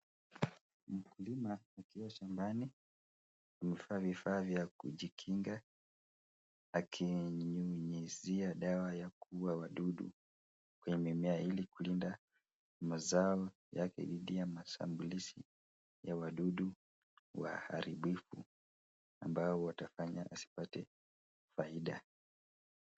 Mkulima akiwa shambani, amevaa vifaa vya kujikinga, akinyunyizia dawa ya kuua wadudu kwenye mimea ilikulinda mazao yake dhidi ya mashambulizi ya wadudu waharibifu ambao watafanya asipate faida.